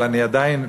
אבל עדיין,